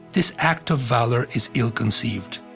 this act of valor is ill conceived.